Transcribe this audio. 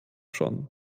schon